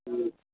ம்